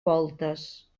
voltes